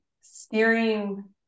steering